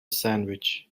sandwich